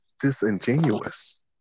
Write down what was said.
Disingenuous